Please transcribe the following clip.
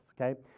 okay